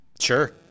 Sure